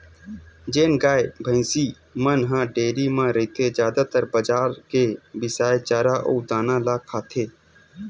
जेन गाय, भइसी मन ह डेयरी म रहिथे जादातर बजार के बिसाए चारा अउ दाना ल खाथे